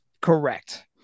Correct